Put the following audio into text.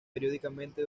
periódicamente